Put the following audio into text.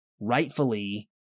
rightfully